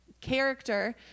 Character